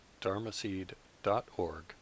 dharmaseed.org